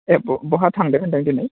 ए बबेयाव थांदों होनदों दिनै